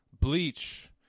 Bleach